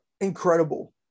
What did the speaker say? incredible